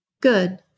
Good